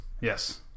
Yes